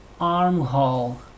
armhole